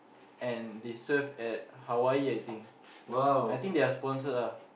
and they surf at Hawaii I think